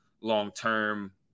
long-term